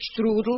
strudel